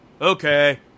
okay